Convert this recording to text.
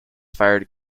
fired